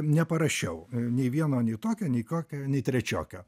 neparašiau nei vieno nei tokio nei kokio nei trečiokio